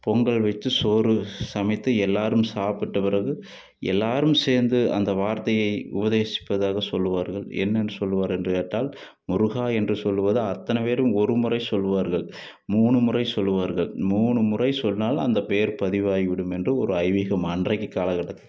பொங்கல் வெச்சு சோறு சமைத்து எல்லோரும் சாப்பிட்ட பிறகு எல்லோரும் சேர்ந்து அந்த வார்த்தையை உபதேசிப்பதாக சொல்வார்கள் என்னென்னு சொல்வார் என்று கேட்டால் முருகா என்று சொல்வது அத்தனை பேரும் ஒரு முறை சொல்வார்கள் மூணு முறையும் சொல்வார்கள் மூணு முறை சொன்னால் அந்த பேர் பதிவாகிவிடும் என்று ஒரு ஐதீகம் அன்றைக்கு காலகட்ட